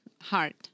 heart